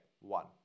one